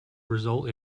result